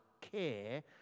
care